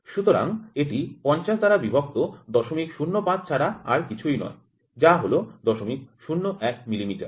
সুতরাং এটি ৫০ দ্বারা বিভক্ত ০০৫ ছাড়া আর কিছুই নয় যা হল ০০১ মিলিমিটার